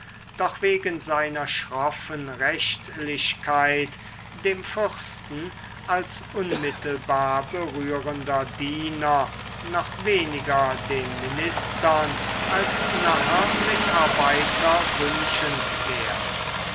doch wegen seiner schroffen rechtlichkeit dem fürsten als unmittelbar berührender diener noch weniger den ministern als naher mitarbeiter wünschenswert